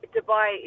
Dubai